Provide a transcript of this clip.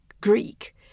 greek